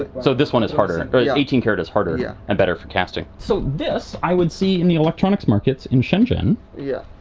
ah so this one is harder. eighteen karat is harder. yeah. and better for casting. so this, i would see in the electronics markets in shenzhen yeah.